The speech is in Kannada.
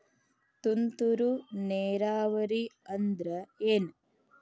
ತುಂತುರು ನೇರಾವರಿ ಅಂದ್ರ ಏನ್?